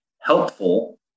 helpful